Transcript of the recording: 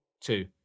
two